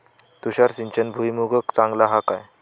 तुषार सिंचन भुईमुगाक चांगला हा काय?